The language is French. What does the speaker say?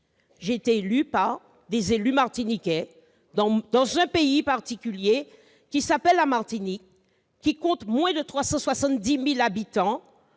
J'ai été élue par des élus martiniquais dans un pays particulier qui s'appelle la Martinique, qui compte moins de 370 000 habitants